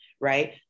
right